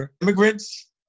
immigrants